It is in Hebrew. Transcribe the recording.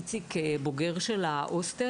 איציק הוא בוגר של ההוסטל.